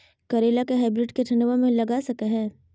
करेला के हाइब्रिड के ठंडवा मे लगा सकय हैय?